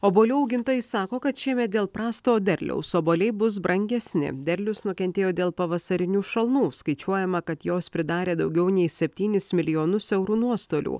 obuolių augintojai sako kad šiemet dėl prasto derliaus obuoliai bus brangesni derlius nukentėjo dėl pavasarinių šalnų skaičiuojama kad jos pridarė daugiau nei septynis milijonus eurų nuostolių